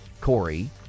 Corey